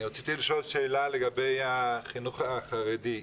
רציתי לשאול שאלה לגבי החינוך החרדי.